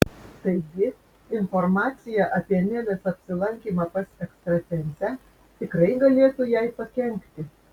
taigi informacija apie nelės apsilankymą pas ekstrasensę tikrai galėtų jai pakenkti